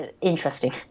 interesting